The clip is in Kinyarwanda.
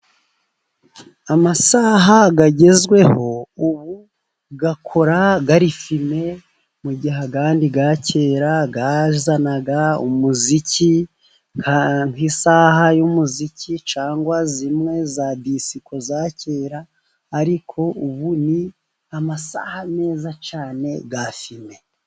Amasaha agezweho, ubu akora ari fime. Mu gihe andi ya kera yazanaga umuziki. Nk'isaha y'umuziki cyangwa zimwe za disiko za kera, ariko ubu ni amasaha meza cyane ya fime.